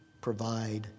provide